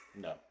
no